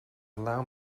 allow